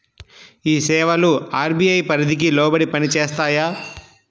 ఈ సేవలు అర్.బీ.ఐ పరిధికి లోబడి పని చేస్తాయా?